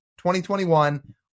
2021